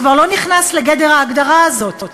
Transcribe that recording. הוא כבר לא נכנס לגדר ההגדרה הזאת,